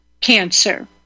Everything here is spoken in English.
cancer